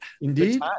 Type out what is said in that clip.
Indeed